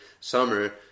summer